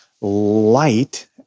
light